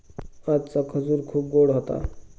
आजचा खजूर खूप गोड होता